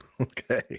Okay